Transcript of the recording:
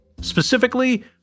Specifically